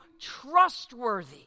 trustworthy